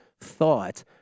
thought